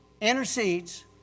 intercedes